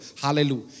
Hallelujah